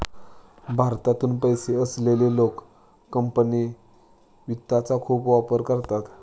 भारतातून पैसे असलेले लोक कंपनी वित्तचा खूप वापर करतात